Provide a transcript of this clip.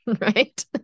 right